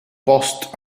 post